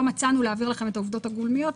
מצאנו להעביר אליכם את העובדות הגולמיות,